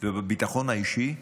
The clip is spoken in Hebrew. ובביטחון האישי,